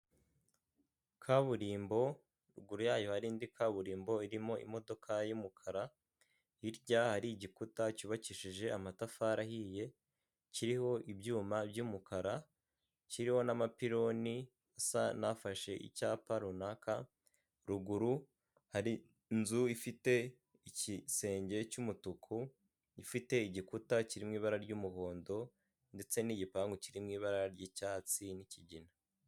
Kaburimbo ruguru yayo hari indi kaburimbo irimo imodoka y'umukara, hirya hari igikuta cyubakishije amatafari ahiye, kiriho ibyuma by'umukara, kiriho n'amapironi asa n'afashe icyapa runaka, ruguru hari inzu ifite igisenge cy'umutuku, ifite igikuta kirimo ibara ry'umuhondo ndetse n'igipangu kiri mu ibara ry'icyatsi n'ikigina.